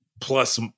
plus